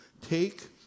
take